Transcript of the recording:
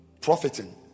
profiting